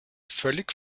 völlig